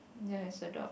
ya it's a dog